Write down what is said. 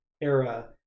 era